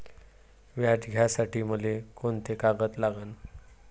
व्याज घ्यासाठी मले कोंते कागद लागन?